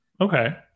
Okay